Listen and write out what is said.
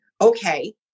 okay